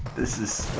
this is